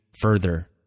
further